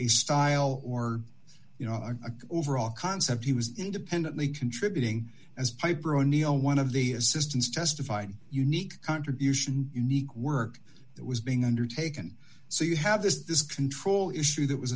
a style or you know a overall concept he was independently contributing as piper o'neil one of the assistants testified unique contribution unique work that was being undertaken so you have this this control issue that was